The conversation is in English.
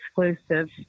exclusive